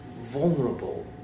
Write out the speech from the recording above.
vulnerable